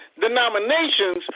denominations